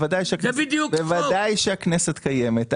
בוודאי שהכנסת קיימת.